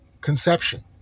conception